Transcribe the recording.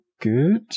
good